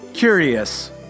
Curious